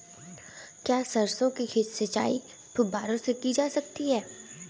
क्या सरसों की सिंचाई फुब्बारों से की जा सकती है?